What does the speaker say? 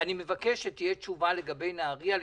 אני מבקש תשובה על נהריה.